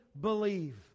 believe